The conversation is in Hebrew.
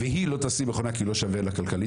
והיא לא תשים מכונה, כי לא שווה לה כלכלית.